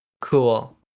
cool